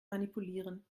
manipulieren